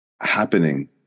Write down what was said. happening